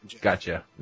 Gotcha